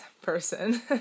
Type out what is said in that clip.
person